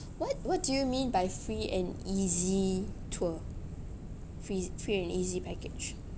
what what do you mean by free and easy tour free free and easy package